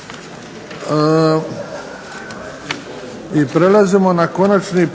Prelazimo na Konačni